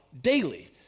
daily